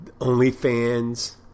OnlyFans